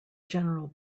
general